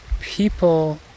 people